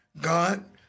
God